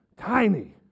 Tiny